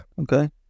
Okay